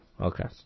Okay